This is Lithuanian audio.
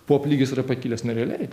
pop lygis yra pakilęs nerealiai